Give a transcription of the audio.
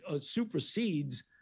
supersedes